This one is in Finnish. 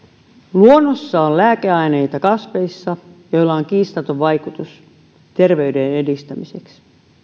luonnossa on kasveissa lääkeaineita joilla on kiistaton vaikutus terveyden edistämiseksi